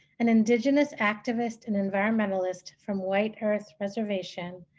an indigenous activist and environmentalist from white earth reservation,